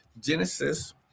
Genesis